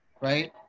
right